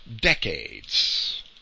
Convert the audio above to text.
decades